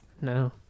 No